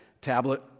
tablet